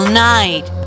night